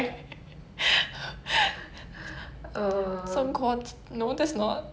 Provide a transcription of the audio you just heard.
I have no idea but let's just skip it because we know we don't really